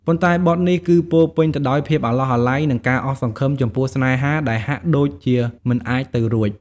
ប៉ុន្តែបទនេះ គឺពោរពេញទៅដោយភាពអាឡោះអាល័យ និងការអស់សង្ឃឹមចំពោះស្នេហាដែលហាក់ដូចជាមិនអាចទៅរួច។